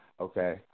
Okay